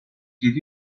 yedi